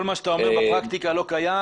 כל מה שאתה אומר בפרקטיקה לא קיים,